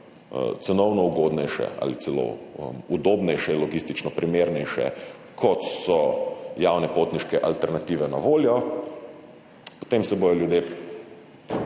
cenovno ugodnejše ali celo udobnejše, logistično primernejše, kot so javne potniške alternative, ki so na voljo, potem se bodo ljudje